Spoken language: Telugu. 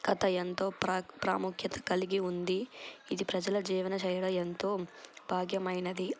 కథ ఎంతో ప్రా ప్రాముఖ్యత కలిగి ఉంది ఇది ప్రజల జీవన శైలిలో ఎంతో భాగ్యమైనది